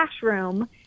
classroom